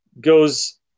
Goes